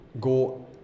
Go